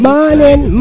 Morning